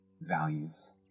values